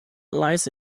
lies